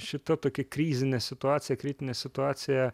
šita tokia krizinė situacija kritinė situacija